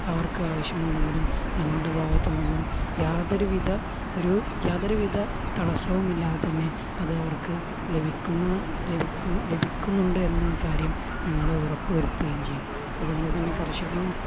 അവർക്ക് ആവശ്യമുണ്ടെങ്കിലും ഞങ്ങളുടെ ഭാഗത്തിൽ നിന്നും യാതൊരു വിധ ഒരു യാതൊരു വിധ തടസവുമില്ലാതെ തന്നെ അത് അവർക്ക് ലഭിക്കുന്ന ലഭിക്കുന്നുണ്ട് എന്ന കാര്യം ഞങ്ങൾ ഉറപ്പ് വരുത്തുകയും ചെയ്യും അതുകൊണ്ട് തന്നെ കർഷകരും